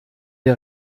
der